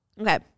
okay